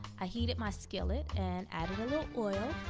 i heated my skillet and added a little oil.